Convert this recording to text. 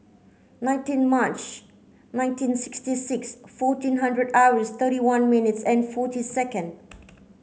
nineteen March nineteen sixty six fourteen hundred hours thirty one minutes and forty second